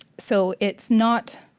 so it's not